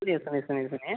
सुनिए सुनिए सुनिए सुनिए